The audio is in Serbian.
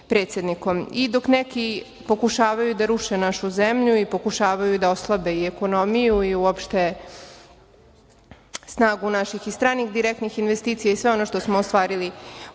neki pokušavaju da ruše našu zemlju i pokušavaju da oslabe i ekonomiju i uopšte snagu naših i stranih investicija i sve ono što smo ostvarili počev